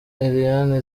eliane